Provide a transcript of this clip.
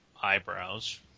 eyebrows